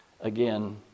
Again